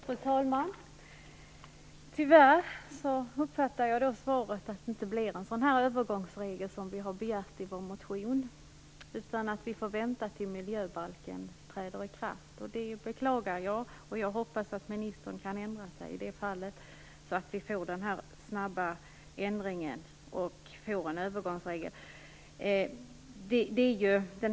Fru talman! Tyvärr uppfattar jag svaret som att det inte blir någon sådan övergångsregel som vi har begärt i vår motion, utan vi får vänta tills miljöbalken träder i kraft. Det beklagar jag, och jag hoppas att ministern kan ändra sig i det fallet så att vi får en snabb ändring och en övergångsregel.